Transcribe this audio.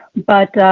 but